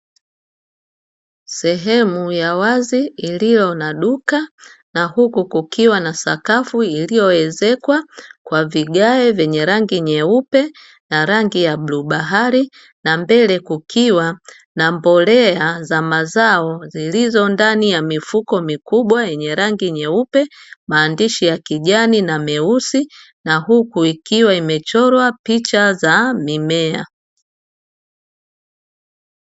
Sehemu ya wazi iliyo na duka, na huku kukiwa na sakafu iliyoezekwa kwa vigae vyenye rangi nyeupe na rangi ya bluu bahari. Na mbele kukiwa na mbolea za mazao zilizo ndani ya mifuko mikubwa yenye rangi nyeupe, maandishi ya kijani na meusi, na huku ikiwa imechorwa picha za mimea.